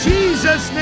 Jesus